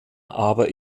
aber